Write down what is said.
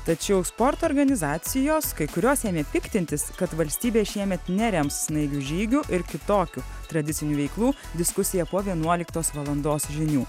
tačiau sporto organizacijos kai kurios ėmė piktintis kad valstybė šiemet nerems naivių žygių ir kitokių tradicinių veiklų diskusija po vienuoliktos valandos žinių